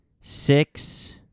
six